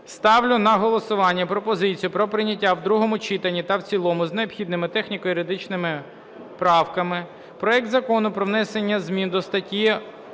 Ставлю на голосування пропозицію про прийняття в другому читанні та в цілому за необхідними техніко-юридичними правками проект Закону про внесення змін до статті